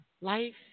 Life